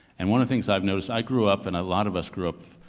and one of the things i've noticed, i grew up, and a lot of us grew up,